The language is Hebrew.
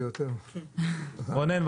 רונן,